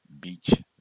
Beach